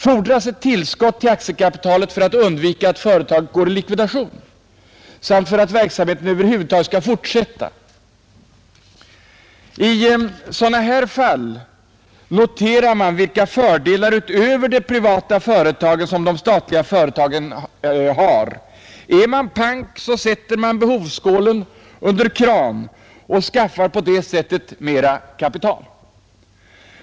Fordras det ett tillskott till aktiekapitalet för att undvika att företaget går i likvidation och för att verksamheten över huvud taget skall fortsätta? I sådana här fall noterar man vilka fördelar utöver de privata företagens som de statliga företagen har. Är man pank, sätter man behovsskålen under kranen och skaffar på det sättet mera kapital.